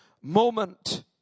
moment